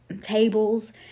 tables